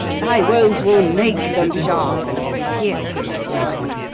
thy woes will make them sharp, and pierce like mine.